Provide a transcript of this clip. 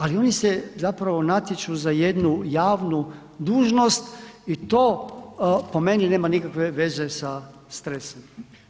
Ali oni se zapravo natječu za jednu javnu dužnosti i to po meni nema nikakve veze sa stresom.